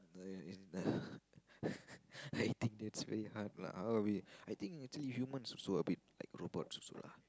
I think that's very hard lah ah we I think actually humans also a bit like robots also lah